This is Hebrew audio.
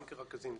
גם כרכזים,